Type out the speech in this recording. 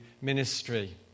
ministry